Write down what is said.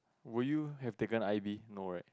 would you have taken I_V no right